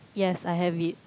yes I have it